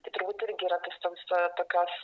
tai turbūt irgi yra viso viso tokios